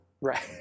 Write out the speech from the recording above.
Right